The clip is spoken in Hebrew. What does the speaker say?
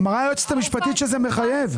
אמרה היועצת המשפטית שזה מחייב.